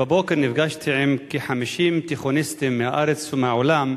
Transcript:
בבוקר נפגשתי עם כ-50 תיכוניסטים מהארץ ומהעולם,